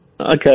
Okay